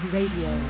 Radio